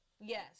Yes